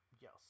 Yes